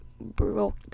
broke